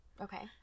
Okay